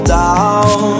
down